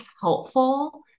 helpful